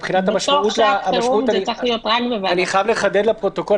בתוך שעת חירום זה צריך להיות רק --- אני חייב לחדד לפרוטוקול.